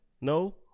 No